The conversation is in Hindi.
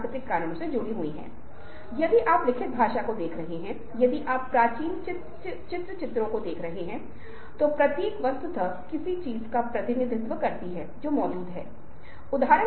लेकिन अनुनय शायद उतना ही पुराना है जितना कि समय क्योंकि यदि आप विभिन्न पुरानी परंपराओं को देख रहे हैं तो आपके पास अनुनय के उदाहरण भी हैं